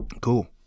Cool